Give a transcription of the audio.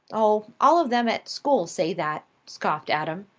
oh, all of them at school say that, scoffed adam.